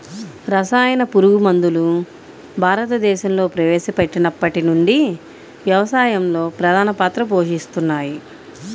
రసాయన పురుగుమందులు భారతదేశంలో ప్రవేశపెట్టినప్పటి నుండి వ్యవసాయంలో ప్రధాన పాత్ర పోషిస్తున్నాయి